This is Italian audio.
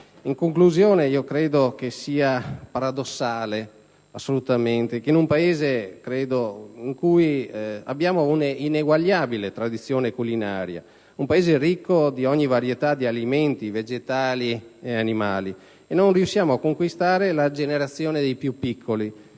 In conclusione, credo sia paradossale che in un Paese che vanta una ineguagliabile tradizione culinaria, un Paese ricco di ogni varietà di alimenti vegetali e animali, non riusciamo a conquistare la generazione dei più piccoli,